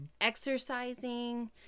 exercising